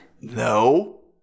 No